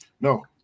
No